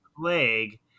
plague